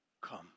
come